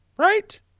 right